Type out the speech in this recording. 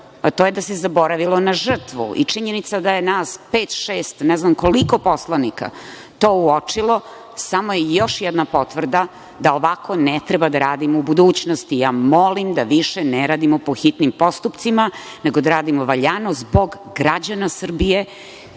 to je da se zaboravilo na žrtvu. Činjenica je da je nas pet, šest, ne znam koliko poslanika to uočilo, samo je još jedna potvrda da ovako ne treba da radimo u budućnosti. Molim vas, da više ne radimo po hitnim postupcima, nego da radimo valjano zbog građana Srbije